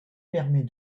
permet